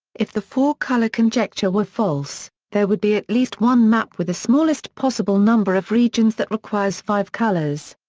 if the four-color conjecture were false, there would be at least one map with the smallest possible number of regions that requires five colors.